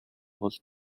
бол